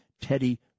Teddy